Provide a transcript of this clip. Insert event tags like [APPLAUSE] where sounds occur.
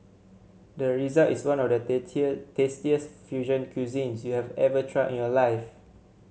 the result is one of the [UNINTELLIGIBLE] tastiest fusion cuisines you have ever tried in your life